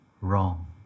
wrong